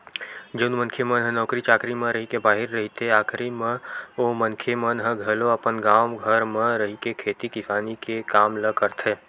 जउन मनखे मन ह नौकरी चाकरी म रहिके बाहिर रहिथे आखरी म ओ मनखे मन ह घलो अपन गाँव घर म रहिके खेती किसानी के काम ल करथे